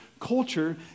culture